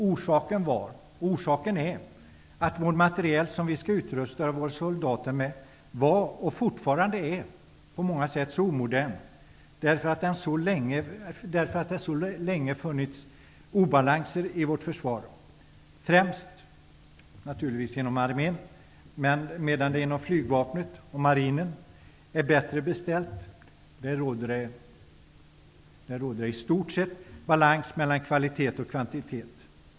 Orsaken var och är att den materiel som vi skall utrusta våra soldater med var, och fortfarande är, så omodern på många sätt eftersom det så länge funnits obalanser i vårt försvar; främst naturligtvis inom armén. Inom flygvapnet och marinen är det bättre beställt. Där råder i stort sett balans mellan kvalitet och kvantitet.